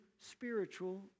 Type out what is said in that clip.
spiritual